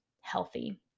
healthy